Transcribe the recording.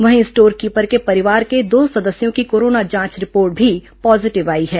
वहीं store keeper के परिवार के दो सदस्यों की कोरोना जांच रिपोर्ट भी पॉजीटिव आई है